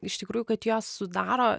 iš tikrųjų kad jas sudaro